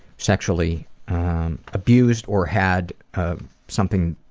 sexually abused or had something